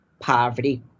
poverty